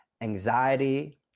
anxiety